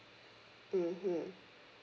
mmhmm